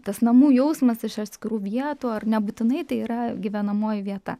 tas namų jausmas iš atskirų vietų ar nebūtinai tai yra gyvenamoji vieta